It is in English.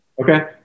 okay